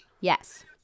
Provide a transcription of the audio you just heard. Yes